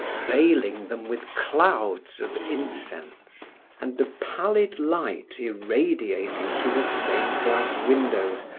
veiling them with clouds of incense and the pallid light irradiating through the stained-glass windows,